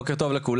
בוקר טוב לכולם,